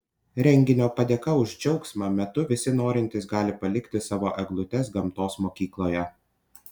renginio padėka už džiaugsmą metu visi norintys gali palikti savo eglutes gamtos mokykloje